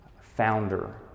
founder